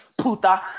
puta